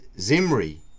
Zimri